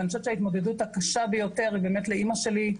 אבל אני חושבת שההתמודדות הקשה ביותר היא באמת לאמא שלי,